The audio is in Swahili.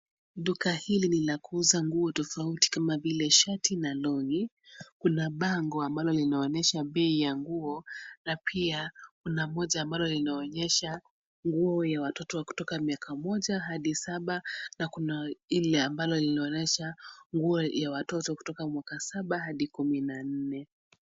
Duka hili ni la kuuza nguo tofauti kama vile shati na longi. Kuna bango ambalo linaoyesha bei ya nguo na pia una moja ambalo linaonyesha nguo ya watoto wa kutoka mwaka moja hadi saba na kuna hili ambalo linaonyesha nguo ya watoto wa kutoka mwaka saba hadi kumi nane.